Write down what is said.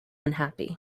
unhappy